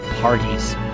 parties